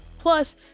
plus